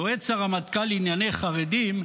יועץ הרמטכ"ל לענייני חרדים,